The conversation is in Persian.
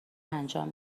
انجام